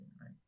right